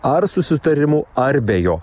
ar susitarimu ar be jo